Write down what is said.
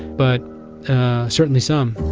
but certainly some